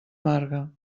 marga